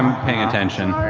um paying attention.